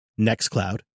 NextCloud